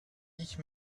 ich